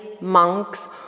monks